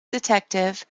detective